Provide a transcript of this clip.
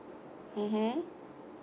mmhmm